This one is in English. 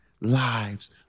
lives